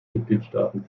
mitgliedstaaten